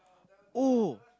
oh